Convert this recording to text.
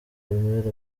armel